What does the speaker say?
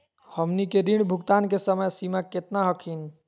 हमनी के ऋण भुगतान के समय सीमा केतना हखिन?